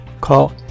Call